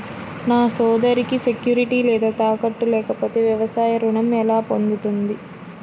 నా సోదరికి సెక్యూరిటీ లేదా తాకట్టు లేకపోతే వ్యవసాయ రుణం ఎలా పొందుతుంది?